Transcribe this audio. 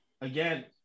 Again